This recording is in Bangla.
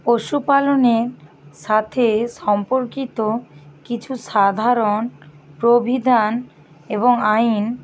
পশুপালনের সাথে সম্পর্কিত কিছু সাধারণ প্রবিধান এবং আইন